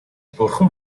бурхан